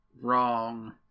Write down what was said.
wrong